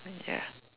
ya